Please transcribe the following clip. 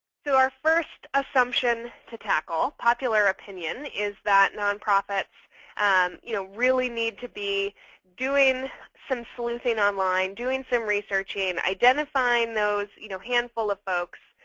so our first assumption to tackle, popular opinion, is that nonprofits um you know really need to be doing some sleuthing online, doing some researching, identifying those you know handful of folks,